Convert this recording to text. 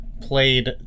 played